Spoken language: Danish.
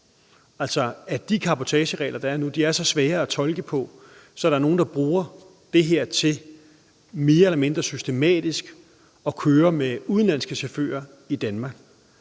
snyd; at de cabotageregler, der er nu, altså er så svære at tolke, at der er nogle, der bruger det her til mere eller mindre systematisk at køre med udenlandske chauffører i Danmark.